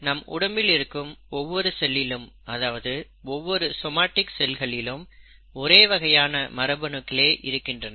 நம் உடம்பில் இருக்கும் ஒவ்வொரு செல்லிலும் அதாவது ஒவ்வொரு சோமாடிக் செல்களிலும் ஒரே வகையான மரபணுக்களே இருக்கின்றன